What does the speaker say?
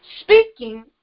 Speaking